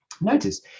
Notice